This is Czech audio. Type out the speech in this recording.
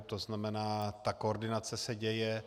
To znamená, ta koordinace se děje.